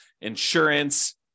insurance